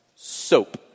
Soap